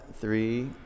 three